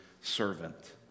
servant